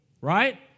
right